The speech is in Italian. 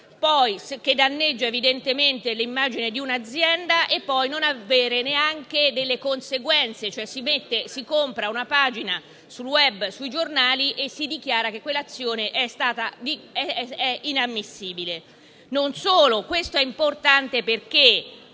che danneggia evidentemente l'immagine di un'azienda, senza avere delle conseguenze; pertanto, si compra una pagina sul *web* o sui giornali e si dichiara che quell'azione è inammissibile. Non solo, l'emendamento è importante perché